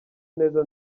neza